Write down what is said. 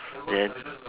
then